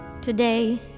Today